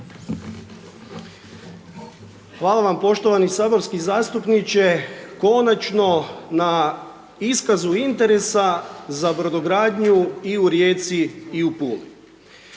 Hvala vam poštovani saborski zastupniče, konačno na iskazu interesa za Brodogradnju i u Rijeci i u Puli.